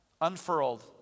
unfurled